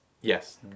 Yes